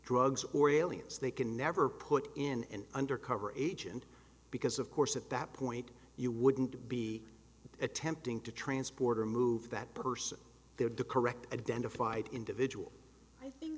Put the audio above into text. drugs or aliens they can never put in an undercover agent because of course at that point you wouldn't be attempting to transport or move that person there to correct a dent a fight individual i think